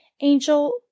Angel